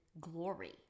glory